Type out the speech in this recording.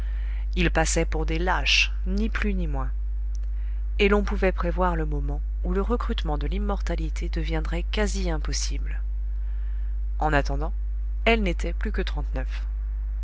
ils passaient pour des lâches ni plus ni moins et l'on pouvait prévoir le moment où le recrutement de l'lmmortalité deviendrait quasi impossible en attendant elle n'était plus que trente-neuf